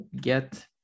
get